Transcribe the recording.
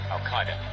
Al-Qaeda